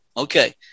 Okay